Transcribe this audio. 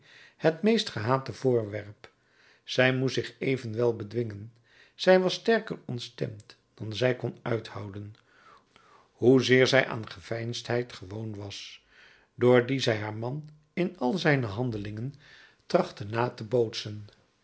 het meest gehate voorwerp zij moest zich evenwel bedwingen zij was sterker ontstemd dan zij kon uithouden hoezeer zij aan geveinsdheid gewoon was doordien zij haar man in al zijne handelingen trachtte na te bootsen